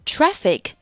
Traffic